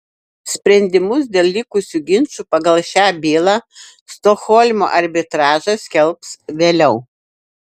sprendimus dėl likusių ginčų pagal šią bylą stokholmo arbitražas skelbs vėliau